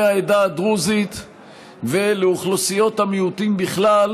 העדה הדרוזית ולאוכלוסיות המיעוטים בכלל,